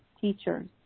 teachers